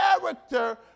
character